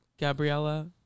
Gabriella